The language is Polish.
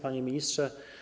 Panie Ministrze!